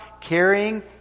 carrying